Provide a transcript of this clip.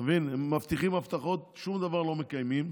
אתה מבין, הם מבטיחים הבטחות, שום דבר לא מקיימים.